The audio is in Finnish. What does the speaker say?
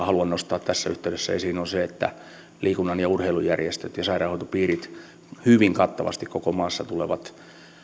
haluan nostaa tässä yhteydessä esiin on se että liikunta ja urheilujärjestöt ja sairaanhoitopiirit hyvin kattavasti koko maassa tulevat